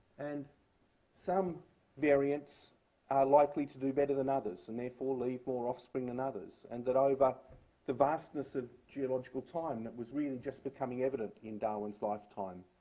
and some variants are likely to do better than others and therefore leave more offspring than others. and that over the vastness of geological time that was really just becoming evident in darwin's lifetime,